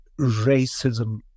racism